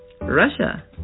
Russia